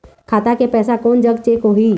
खाता के पैसा कोन जग चेक होही?